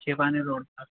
छः पानी रोड पर